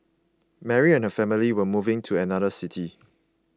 Mary and her family were moving to another city